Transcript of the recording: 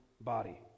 body